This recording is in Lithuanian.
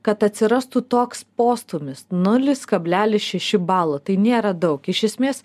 kad atsirastų toks postūmis nulis kablelis šeši balo tai nėra daug iš esmės